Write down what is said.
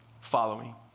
following